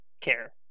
care